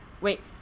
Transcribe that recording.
wait